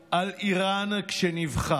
על איראן כשנבחר?